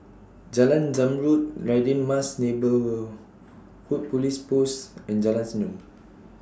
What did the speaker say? Jalan Zamrud Radin Mas Neighbourhood Police Post and Jalan Senyum